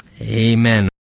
Amen